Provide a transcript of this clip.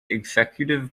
executive